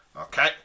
Okay